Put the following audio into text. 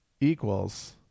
equals